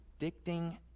Predicting